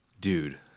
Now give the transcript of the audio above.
Dude